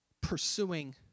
pursuing